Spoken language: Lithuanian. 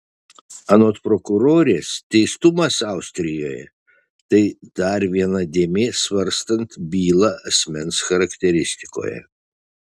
anot prokurorės teistumas austrijoje tai dar viena dėmė svarstant bylą asmens charakteristikoje